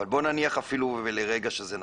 אבל בוא נניח לרגע שזה נכון,